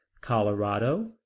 colorado